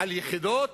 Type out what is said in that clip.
על יחידות,